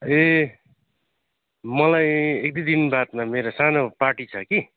ए मलाई एक दुई दिनबादमा मेरो सानो पार्टी छ कि